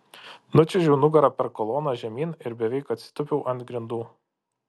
nučiuožiau nugara per koloną žemyn ir beveik atsitūpiau ant grindų